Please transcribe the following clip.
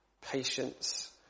patience